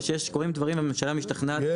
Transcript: וכקורים דברים והממשלה משתכנעת,